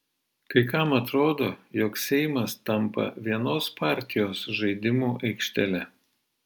kai kam atrodo jog seimas tampa vienos partijos žaidimų aikštele